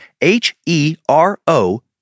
H-E-R-O